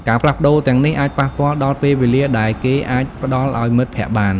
ការផ្លាស់ប្តូរទាំងនេះអាចប៉ះពាល់ដល់ពេលវេលាដែលគេអាចផ្ដល់ឲ្យមិត្តភក្តិបាន។